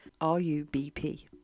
RUBP